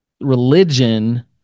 religion